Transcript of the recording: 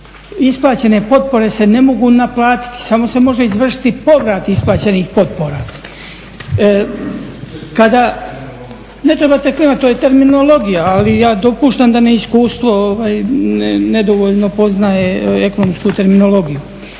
isplaćene potpore se ne mogu naplatiti samo se može izvršiti povrat isplaćenih potpora. Ne trebate klimati to je terminologija, ali ja dopuštam da … iskustvo nedovoljno poznaje ekonomsku terminologiju.